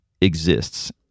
exists